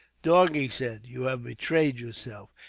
dog, he said, you have betrayed yourself.